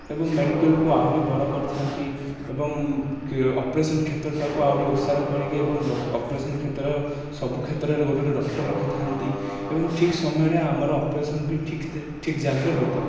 ଏବଂ ମେଡ଼ିକାଲ୍କୁ ଆହୁରି ବଡ଼ କରିଥାନ୍ତି ଏବଂ ଅପରେସନ୍ କ୍ଷେତ୍ରଟାକୁ ଆହୁରି ଓଷାର କରିକି ଏବଂ ଅପରେସନ୍ କ୍ଷେତ୍ରରେ ସବୁ କ୍ଷେତ୍ରରେ ଗୋଟେ ଗୋଟେ ଡ଼କ୍ଟର୍ ରରଖିଥାନ୍ତି ଏବଂ ଠିକ୍ ସମୟରେ ଆମର ଅପରେସନ୍ ବି ଠିକ୍ ଠିକ୍ ଜାଗାରେ ହୋଇଥାଏ